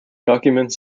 documents